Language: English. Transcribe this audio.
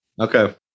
Okay